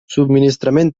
subministrament